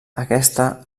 aquesta